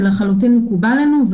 זה לחלוטין מקובל עלינו,